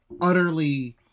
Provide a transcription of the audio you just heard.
utterly